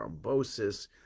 thrombosis